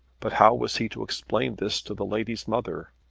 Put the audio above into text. but how was he to explain this to the lady's mother?